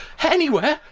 anywhere?